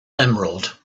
emerald